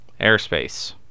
airspace